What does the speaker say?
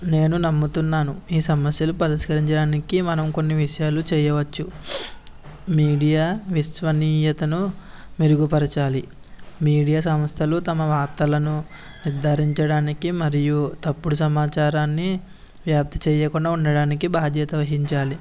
నేను నమ్ముతున్నాను ఈ సమస్యలు పరిష్కరించడానికి మనం కొన్ని విషయాలు చేయవచ్చు మీడియా విశ్వనీయతను మెరుగు పరచాలి మీడియా సంస్థలు తమ వార్తలను నిర్దారించడానికి మరియు తప్పుడు సమాచారాన్ని వ్యాప్తి చేయకుండా ఉండడానికి బాధ్యత వహించాలి